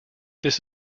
this